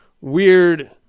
weird